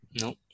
No